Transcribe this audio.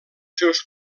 seus